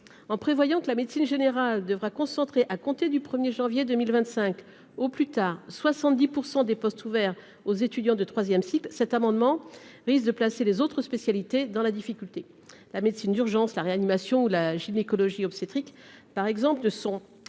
en prévoyant que la médecine générale devra concentrer à compter du 1er janvier 2025 au plus tard 70 pour 100 des postes ouverts aux étudiants de 3ème cycle cet amendement risque de placer les autres spécialités dans la difficulté, la médecine d'urgence, la réanimation ou la gynécologie obstétrique par exemple ne sont